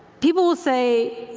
people will say,